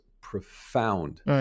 profound